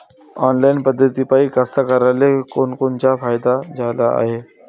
Online पद्धतीपायी कास्तकाराइले कोनकोनचा फायदा झाला हाये?